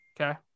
okay